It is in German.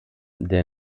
der